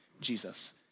Jesus